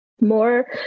more